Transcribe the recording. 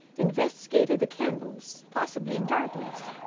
investigated the candles, possibly in darkness,